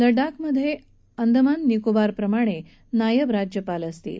लडाख अंदमान निकोबार प्रमाणे नायब राज्यपाल असतील